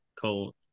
cold